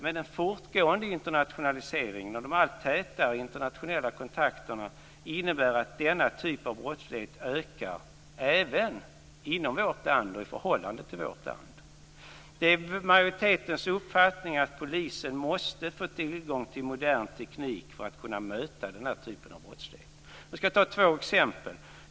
Men den fortgående internationaliseringen och de allt tätare internationella kontakterna innebär att denna typ av brottslighet ökar även inom vårt land och i förhållande till vårt land. Det är majoritetens uppfattning att polisen måste få tillgång till modern teknik för att kunna möta den här typen av brottslighet. Jag skall ta två exempel.